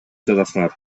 жатасыңар